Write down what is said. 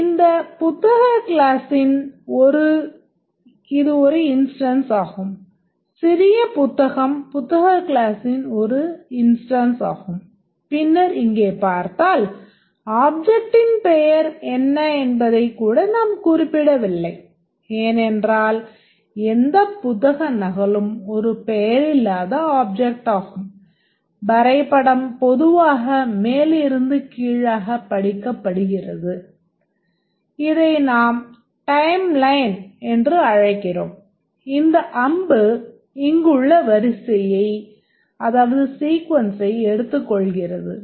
இது புத்தக க்ளாஸ்ஸின் ஒரு இன்ஸ்டான்ஸ் எடுத்துக் கொள்கிறது